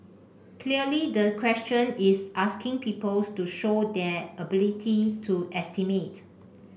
clearly the question is asking pupils to show their ability to estimate